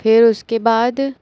फिर उसके बाद